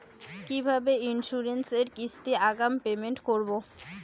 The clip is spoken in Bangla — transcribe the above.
কিভাবে ইন্সুরেন্স এর কিস্তি আগাম পেমেন্ট করবো?